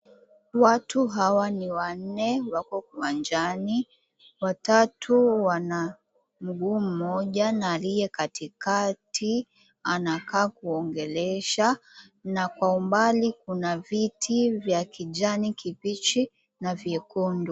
Watu hawa ni wanne wako uwanjani. Watatu wana mguu mmoja na aliye katikati anakaa kuongelesha na kwa umbali kuna viti vya kijani na nyekundu.